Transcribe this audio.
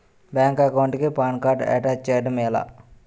Bank account కి PAN card attach చేయడం ఎలా?